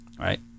right